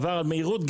עבירת מהירות,